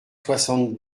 soixante